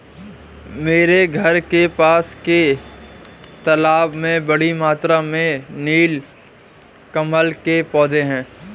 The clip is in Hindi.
मेरे घर के पास के तालाब में बड़ी मात्रा में नील कमल के पौधें हैं